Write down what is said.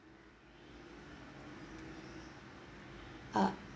err